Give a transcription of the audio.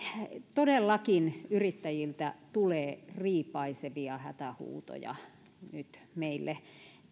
todellakin yrittäjiltä tulee riipaisevia hätähuutoja nyt meille